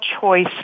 choice